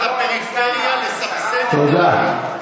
למה גרמת לפריפריה לסבסד את, תודה.